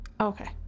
Okay